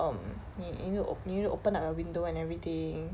um 你 you need to op~ you need to open up the window and everything